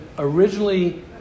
originally